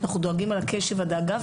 אנחנו מודים על הקשב והדאגה,